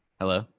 Hello